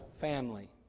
family